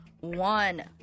one